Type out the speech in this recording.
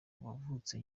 wavutse